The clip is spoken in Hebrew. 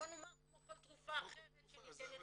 כל תרופה אחרת שניתנת למטופל.